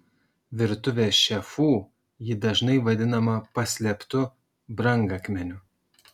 virtuvės šefų ji dažnai vadinama paslėptu brangakmeniu